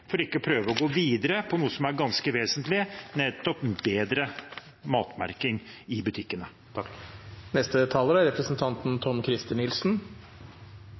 for ikke å prøve å gå videre på noe som er ganske vesentlig, og det er nettopp bedre matmerking i butikkene. Dersom det er